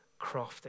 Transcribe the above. crafted